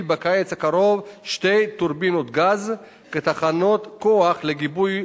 בקיץ הקרוב שתי טורבינות גז כתחנות כוח לגיבוי,